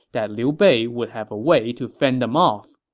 that liu bei would have a way to fend them off.